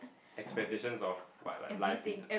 expectations of what like life in the